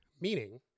meaning